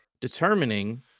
determining